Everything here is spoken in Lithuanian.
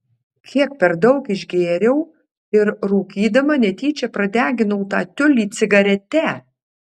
kiek per daug išgėriau ir rūkydama netyčia pradeginau tą tiulį cigarete